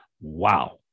Wow